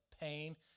pain